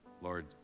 Lord